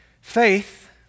Faith